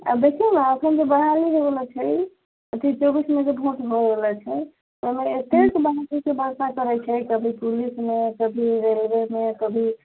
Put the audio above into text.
देखिऔ ने एखन तऽ बहाली होइवला छै अथी चौबीसमेजे वोट होइवला छै ओहिमे एत्ते ने बार बार करै छै कभी पुलिसमे कभी रेलवेमे कभी